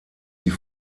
die